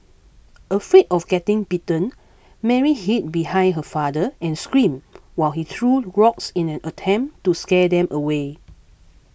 afraid of getting bitten Mary hid behind her father and screamed while he threw rocks in an attempt to scare them away